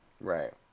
Right